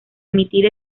emitir